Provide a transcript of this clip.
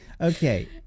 Okay